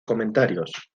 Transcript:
comentarios